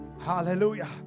Hallelujah